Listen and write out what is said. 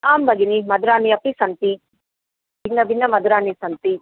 आं भगिनि मधुराणि अपि सन्ति भिन्नभिन्नमधुराणि सन्ति